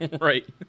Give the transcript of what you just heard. Right